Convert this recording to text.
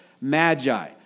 Magi